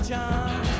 John